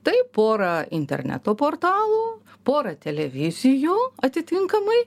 tai porą interneto portalų pora televizijų atitinkamai